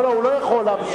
לא לא, הוא לא יכול להמשיך.